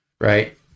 right